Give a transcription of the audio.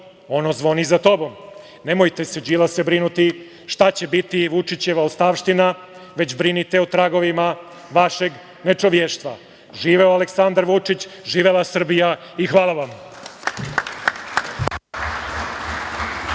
ono zvoni za tobom“. Nemojte se, Đilase, brinuti šta će biti Vučićeva ostavština, već brinite o tragovima vašeg nečovještva. Živeo Aleksandar Vučić. Živela Srbija i hvala vam.